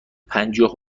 پنجاه